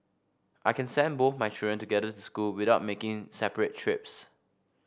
I can send both my children together school without making separate trips